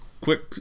Quick